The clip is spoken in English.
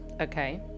Okay